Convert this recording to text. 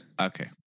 okay